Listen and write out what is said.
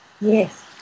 Yes